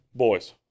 boys